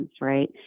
Right